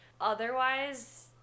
Otherwise